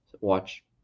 watch